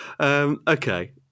Okay